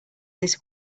this